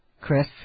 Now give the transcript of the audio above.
Chris